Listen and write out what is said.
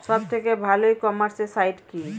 সব থেকে ভালো ই কমার্সে সাইট কী?